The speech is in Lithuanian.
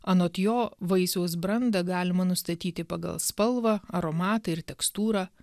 anot jo vaisiaus brandą galima nustatyti pagal spalvą aromatą ir tekstūrą